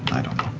i don't